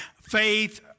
faith